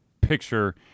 picture